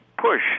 push